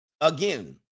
Again